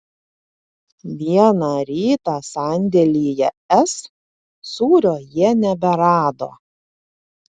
vieną rytą sandėlyje s sūrio jie neberado